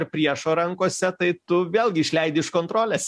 ar priešo rankose tai tu vėlgi išleidi iš kontrolės